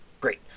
Great